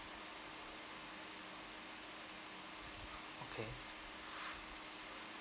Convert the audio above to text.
okay